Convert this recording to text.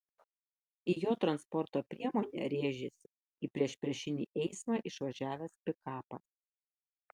į jo transporto priemonę rėžėsi į priešpriešinį eismą išvažiavęs pikapas